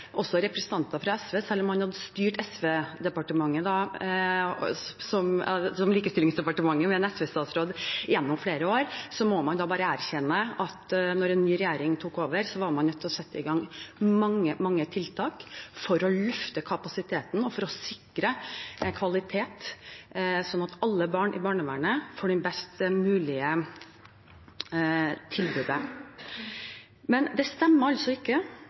Selv om man gjennom flere år hadde styrt Barne- og likestillingsdepartementet med en SV-statsråd, må også representanter fra SV bare erkjenne at da en ny regjering tok over, var man nødt til å sette i gang mange, mange tiltak for å løfte kapasiteten og sikre kvalitet, slik at alle barn i barnevernet får det best mulige tilbudet. Det stemmer ikke, det som SV hevder. Den omtalte flyttingen av 500 mill. kr medførte ikke